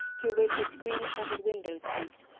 through which its green-shuttered windows peeped.